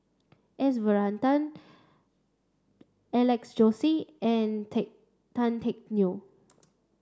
S Varathan Alex Josey and Teck Tan Teck Neo